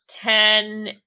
ten